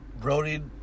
Brody